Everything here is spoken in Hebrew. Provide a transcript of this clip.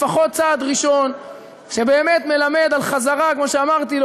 לפחות צעד ראשון שבאמת מלמד על חזרה, כמו שאמרתי,